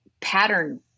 pattern